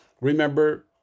remember